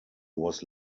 was